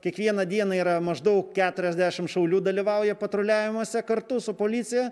kiekvieną dieną yra maždaug keturiasdešim šaulių dalyvauja patruliavimuose kartu su policija